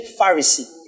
Pharisee